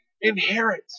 inherit